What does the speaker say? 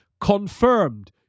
Confirmed